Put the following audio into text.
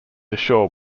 ashore